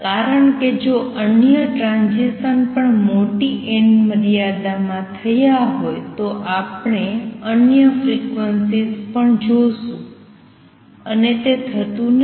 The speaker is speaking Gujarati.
કારણ કે જો અન્ય ટ્રાંઝીસન પણ મોટી n મર્યાદામાં થયા હોય તો આપણે અન્ય ફ્રીક્વન્સીઝ પણ જોશું અને તે થતું નથી